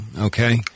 Okay